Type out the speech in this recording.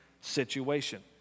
situation